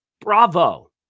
Bravo